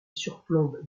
surplombe